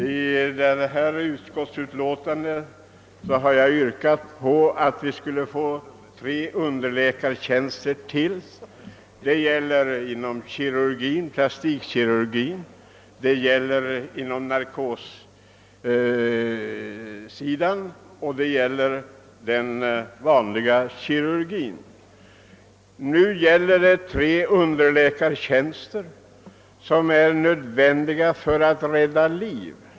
I utskottets utlåtande behandlas en motion där jag har yrkat ytterligare tre underläkartjänster, i kirurgi, plastikkirurgi och på narkossidan. Det gäller tre underläkartjänster som är nödvändiga för att rädda liv.